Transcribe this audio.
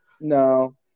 No